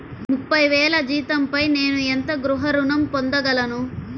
ముప్పై వేల జీతంపై నేను ఎంత గృహ ఋణం పొందగలను?